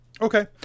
Okay